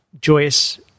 joyous